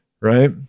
Right